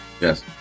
yes